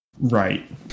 Right